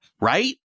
Right